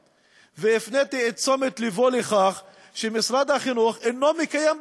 והפניתי את תשומת לבו לכך שמשרד החינוך אינו מקיים,